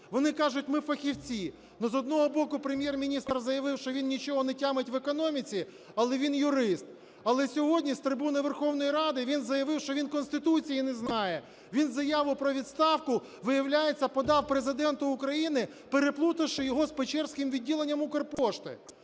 Вони кажуть: "Ми фахівці", але з одного боку Прем’єр-міністр заявив, що він нічого не тямить в економіці, але він юрист. Але сьогодні з трибуни Верховна Ради він заявив, що він Конституції не знає: він заяву про відставку, виявляється, подав Президенту України, переплутавши його з Печерським відділенням "Укрпошти".